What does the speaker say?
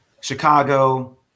Chicago